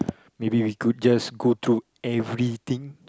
maybe we could just go to everything